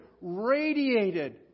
radiated